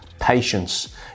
patience